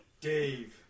Dave